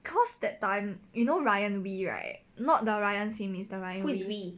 who is wee